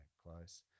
close